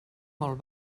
molt